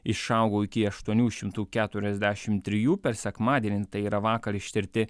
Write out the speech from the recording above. išaugo iki aštuonių šimtų keturiasdešim trijų per sekmadienį tai yra vakar ištirti